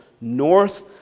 north